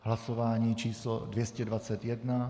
Hlasování číslo 221.